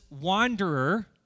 wanderer